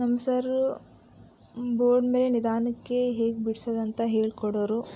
ನಮ್ಮ sir board ಮೇಲೆ ನಿಧಾನಕ್ಕೆ ಹೇಗೆ ಬಿಡ್ಸೋದಂತ ಹೇಳ್ಕೊಡೋರು